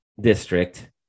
district